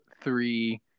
three